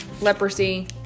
leprosy